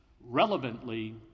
relevantly